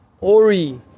Ori